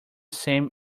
same